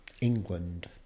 England